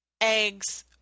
eggs